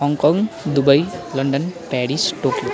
Hong Kong Dubai London Paris Tokyo